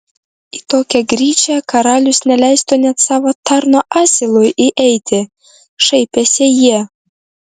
į tokią gryčią karalius neleistų net savo tarno asilui įeiti šaipėsi jie